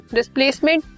Displacement